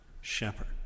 shepherd